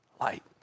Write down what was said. light